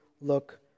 look